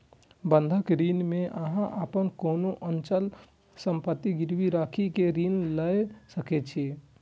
बंधक ऋण मे अहां अपन कोनो अचल संपत्ति गिरवी राखि कें ऋण लए सकै छी